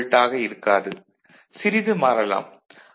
7 வோல்ட்டாக இருக்காது சிறிது மாறலாம்